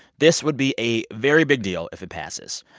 this would be a very big deal if it passes.